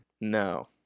No